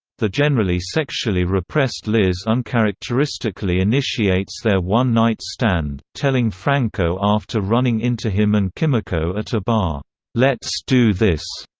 the generally sexually repressed liz uncharacteristically initiates their one-night stand, telling franco after running into him and kimiko at a bar, let's do this,